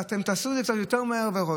ואתם תעשו את זה קצת יותר מהר.